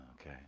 Okay